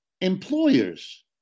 Employers